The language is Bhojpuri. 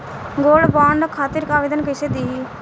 गोल्डबॉन्ड खातिर आवेदन कैसे दिही?